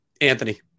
anthony